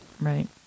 Right